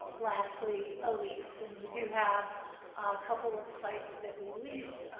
lastly, a lease, and we do have a couple of sites that we lease.